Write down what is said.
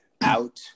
out